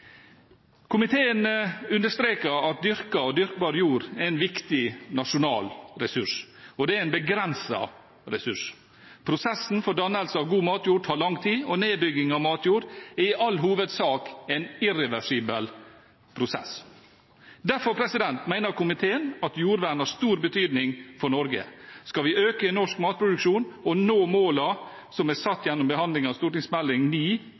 Komiteen understreker at dyrket og dyrkbar jord er en viktig nasjonal ressurs, og det er en begrenset ressurs. Prosessen for dannelse av god matjord tar lang tid, og nedbygging av matjord er i all hovedsak en irreversibel prosess. Derfor mener komiteen at jordvern har stor betydning for Norge. Skal vi øke norsk matproduksjon og nå målene som er satt gjennom behandling av